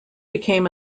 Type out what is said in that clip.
became